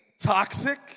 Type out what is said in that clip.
toxic